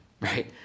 right